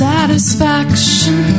Satisfaction